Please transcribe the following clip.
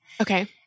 Okay